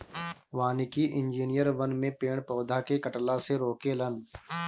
वानिकी इंजिनियर वन में पेड़ पौधा के कटला से रोके लन